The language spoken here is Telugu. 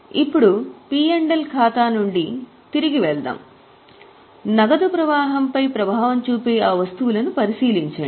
ఇప్పుడు పి ఎల్ ఖాతా నుండి తిరిగి వెళ్దాం నగదు ప్రవాహంపై ప్రభావం చూపే ఆ వస్తువులను పరిశీలించండి